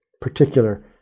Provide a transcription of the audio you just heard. particular